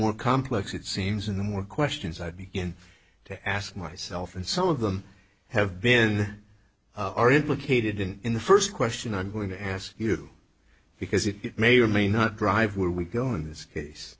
more complex it seems in the more questions i'd be in to ask myself and some of them have been are implicated in in the first question i'm going to ask you because it may or may not drive where we go in this case